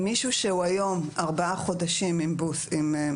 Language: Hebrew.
אם מישהו שהוא היום ארבעה חודשים מהבוסטר,